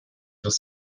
des